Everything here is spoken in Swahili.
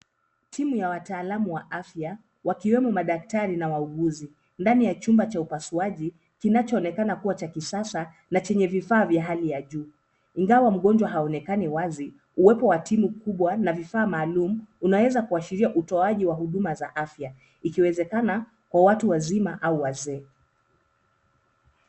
Timu ya wataalamu wa afya wakiwemo madaktari na wauguzi ndani ya chumba cha upasuaji kinachoonekana kuwa cha kisasa na chenye vifaa vya hali ya juu. Ingawa mgonjwa haonekani wazi, uwepo wa timu kubwa na vifaa maalum, unaweza kuashiria utoaji wa huduma za afya, ikiwezakana, kwa watu wazima au wazee.